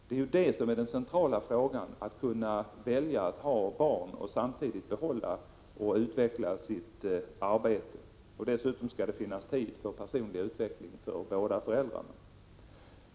Det är det centrala: att kunna välja att ha barn och samtidigt behålla och utveckla sitt arbete. Dessutom skall det finnas tid för personlig utveckling för båda föräldrarna.